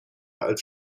als